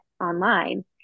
online